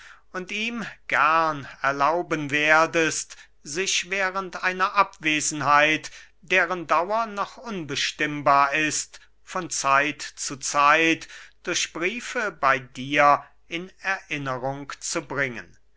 und ihm gern erlauben werdest sich während einer abwesenheit deren dauer noch unbestimmbar ist von zeit zu zeit durch briefe bey dir in erinnerung zu bringen